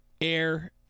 air